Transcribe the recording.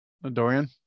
Dorian